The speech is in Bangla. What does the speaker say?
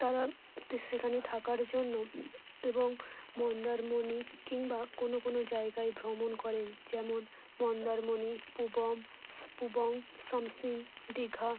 তারা তো সেখানে থাকার জন্য এবং মন্দারমণি কিংবা কোনো কোনো জায়গায় ভ্রমণ করেন যেমন মন্দারমণি পুবং পুবং সামসিং দীঘা